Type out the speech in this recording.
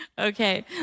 Okay